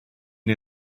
neu